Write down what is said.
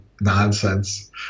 nonsense